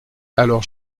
alors